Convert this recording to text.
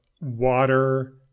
water